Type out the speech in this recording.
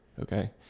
Okay